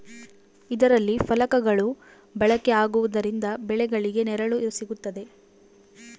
ಇದರಲ್ಲಿ ಫಲಕಗಳು ಬಳಕೆ ಆಗುವುದರಿಂದ ಬೆಳೆಗಳಿಗೆ ನೆರಳು ಸಿಗುತ್ತದೆ